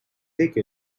take